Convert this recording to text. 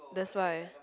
that's why